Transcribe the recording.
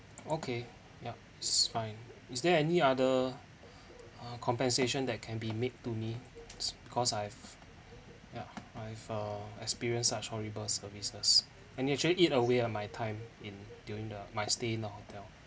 okay yup it's fine is there any other uh compensation that can be made to me cause I've yeah I've uh experienced such horrible services and actually eat away uh my time in during the my stay in the hotel